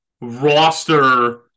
roster